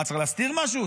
מה, צריך להסתיר משהו?